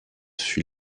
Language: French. fut